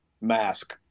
mask